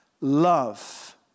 love